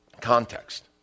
context